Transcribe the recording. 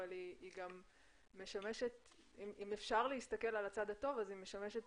אבל אם אפשר להסתכל על הצד הטוב היא גם משמשת